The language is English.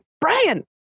brian